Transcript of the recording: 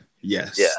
yes